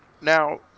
Now